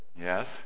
Yes